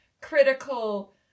critical